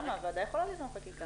הועדה יכולה ליזום חקיקה.